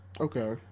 Okay